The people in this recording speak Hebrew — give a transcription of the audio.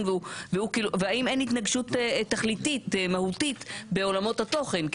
והאם אין התנגשות תכליתית מהותית בעולמות התוכן?